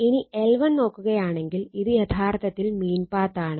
ഇനി L1 നോക്കുകയാണെങ്കിൽ ഇത് യഥാർത്ഥത്തിൽ മീൻ പാത്താണ്